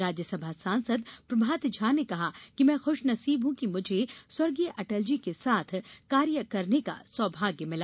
राज्यसभा सांसद प्रभात झा ने कहा कि मैं खुशनसीब हूँ कि मुझे स्व अटलजी के साथ कार्य करने का सौभाग्य मिला